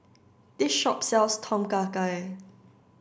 this shop sells Tom Kha Gai